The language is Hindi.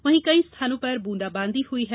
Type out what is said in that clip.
वहीं कई स्थानों पर ब्रंदाबांदी हुई है